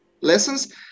lessons